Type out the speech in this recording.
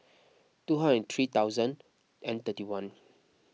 two hundred and three thousand and thirty one